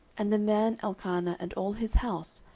and the man elkanah, and all his house,